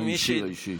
האישי, האישי.